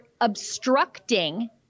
obstructing